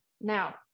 Now